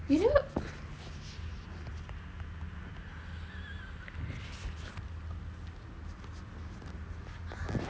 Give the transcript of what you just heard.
you didn't